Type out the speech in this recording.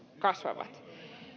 kasvavat